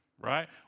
Right